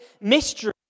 mystery